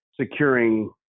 securing